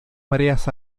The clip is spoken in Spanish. mareas